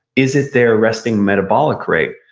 is it their resting metabolic rate?